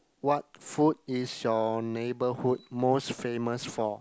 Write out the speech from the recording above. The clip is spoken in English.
what food is your neighborhood most famous for